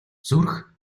зүрх